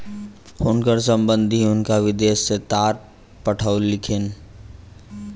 हुनकर संबंधि हुनका विदेश सॅ तार पठौलखिन